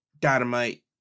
dynamite